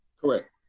Correct